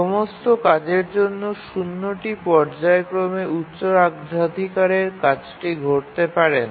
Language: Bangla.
সমস্ত কাজের সাথে ০ পর্যায়ক্রমে উচ্চ অগ্রাধিকারের কাজটি ঘটতে পারে না